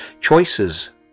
choices